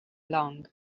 long